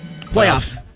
Playoffs